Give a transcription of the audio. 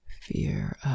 fear